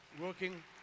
working